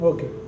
Okay